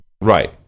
Right